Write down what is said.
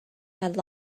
had